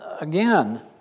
again